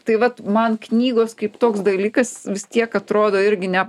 tai vat man knygos kaip toks dalykas vis tiek atrodo irgi ne